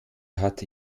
hatte